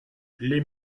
les